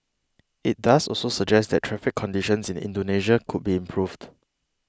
it does also suggest that traffic conditions in Indonesia could be improved